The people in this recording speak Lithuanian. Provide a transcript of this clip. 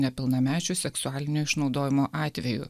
nepilnamečių seksualinio išnaudojimo atvejų